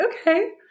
okay